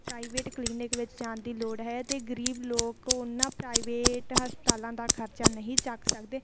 private clinic ਵਿੱਚ ਜਾਣ ਦੀ ਲੋੜ ਹੈ ਅਤੇ ਗਰੀਬ ਲੋਕ ਉਹਨਾਂ ਪ੍ਰਾਈਵੇਟ ਹਸਪਤਾਲਾਂ ਦਾ ਖ਼ਰਚਾ ਨਹੀਂ ਚੁੱਕ ਸਕਦੇ